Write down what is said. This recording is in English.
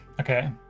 Okay